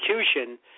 execution